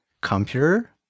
Computer